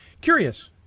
Curious